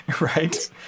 Right